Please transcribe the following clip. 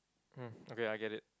hmm okay I get it